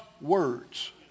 words